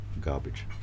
garbage